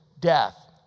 death